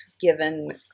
given